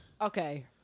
Okay